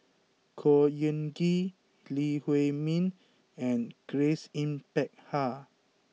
Khor Ean Ghee Lee Huei Min and Grace Yin Peck Ha